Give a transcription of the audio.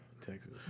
Texas